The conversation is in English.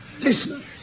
listen